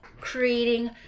creating